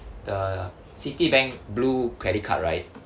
the Citibank blue credit card right